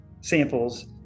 samples